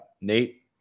Nate